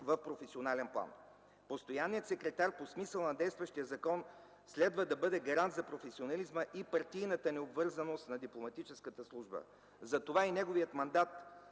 в професионален план. Постоянният секретар по смисъла на действащия закон следва да бъде гарант за професионализма и партийната необвързаност на дипломатическата служба. Затова и неговият мандат